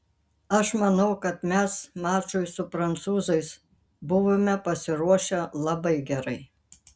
aš manau kad mes mačui su prancūzais buvome pasiruošę labai gerai